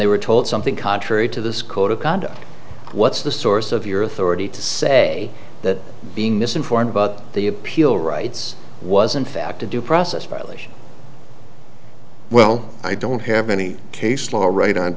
they were told something contrary to this code of conduct what's the source of your authority to say that being misinformed about the appeal rights was in fact a due process violation well i don't have any case law right on